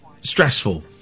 stressful